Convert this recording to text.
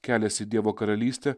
kelias į dievo karalystę